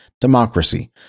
democracy